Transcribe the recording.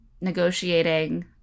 negotiating